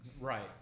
Right